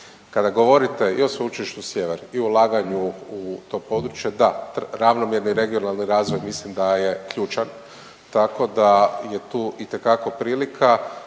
Kada govorite i o Sveučilištu Sjever i ulaganju u to područje, da ravnomjerni regionalni razvoj mislim da je ključan, tako da je tu itekako prilika